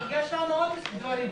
יש לנו עוד דברים חשובים,